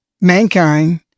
mankind